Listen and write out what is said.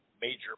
major